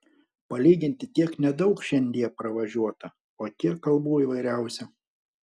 palyginti tiek nedaug šiandie pravažiuota o kiek kalbų įvairiausių